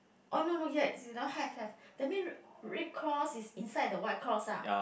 oh no no ya it's that one have have that mean red red cloth is inside the white cloth ah